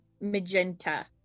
Magenta